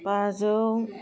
बाजौ